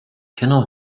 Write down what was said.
кино